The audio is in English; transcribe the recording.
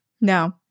No